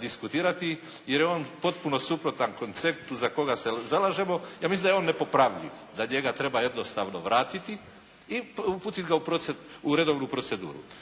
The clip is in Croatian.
diskutirati jer je on potpuno suprotan konceptu za koga se zalažemo. Ja mislim da je on nepopravljiv, da njega treba jednostavno vratiti i uputiti u redovnu proceduru.